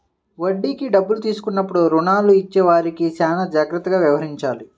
వడ్డీకి డబ్బులు తీసుకున్నప్పుడు రుణాలు ఇచ్చేవారితో చానా జాగ్రత్తగా వ్యవహరించాలి